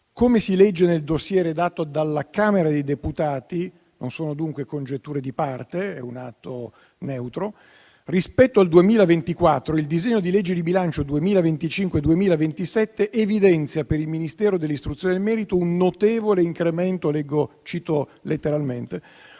Come si legge nel *dossier* redatto dalla Camera dei deputati (non sono dunque congetture di parte, ma è un atto neutro), rispetto al 2024 il disegno di legge di bilancio 2025-2027 evidenzia per il Ministero dell'istruzione e del merito un notevole incremento nel 2025,